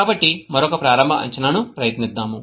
కాబట్టి మరొక ప్రారంభ అంచనాను ప్రయత్నిద్దాం